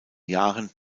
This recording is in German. jahren